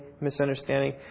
misunderstanding